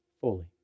fully